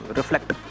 reflect